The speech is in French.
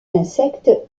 insectes